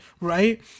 right